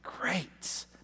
great